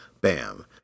bam